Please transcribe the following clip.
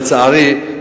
לצערי,